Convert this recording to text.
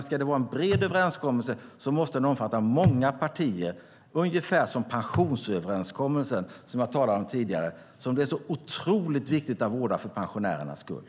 Ska det vara en bred överenskommelse måste den omfatta många partier, ungefär som i pensionsöverenskommelsen, som jag talade om tidigare och som det är så otroligt viktigt att vårda för pensionärernas skull.